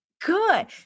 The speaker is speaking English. Good